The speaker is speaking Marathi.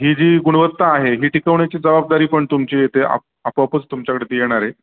ही जी गुणवत्ता आहे ही टिकवण्याची जबाबदारी पण तुमची येते आप आपोआपच तुमच्याकडं ती येणार